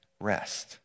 Rest